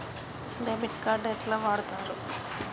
Debit card ఎట్లా వాడుతరు?